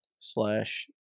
slash